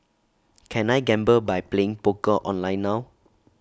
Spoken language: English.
can I gamble by playing poker online now